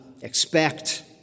expect